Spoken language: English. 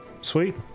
Sweet